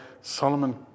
Solomon